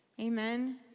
Amen